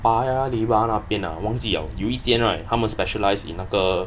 paya lebar 那边 ah 我忘记 liao 有一间 right 他们 specialise in 那个